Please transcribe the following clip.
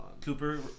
Cooper